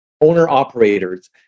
owner-operators